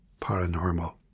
paranormal